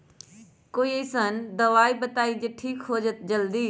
कोई अईसन दवाई बताई जे से ठीक हो जई जल्दी?